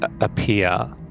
appear